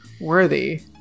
worthy